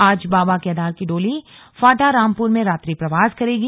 आज बाबा केदार की डोली फाटा रामपुर में रात्रि प्रवास करेगी